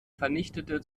vernichtete